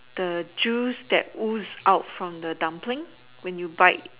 the juice that ooze out from the dumpling when you bite